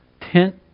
tent